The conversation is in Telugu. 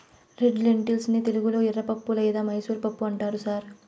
రెడ్ లెన్టిల్స్ ని తెలుగులో ఎర్రపప్పు లేదా మైసూర్ పప్పు అంటారు సార్